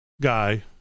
guy